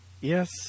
Yes